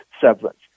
severance